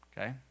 Okay